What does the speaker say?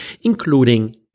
including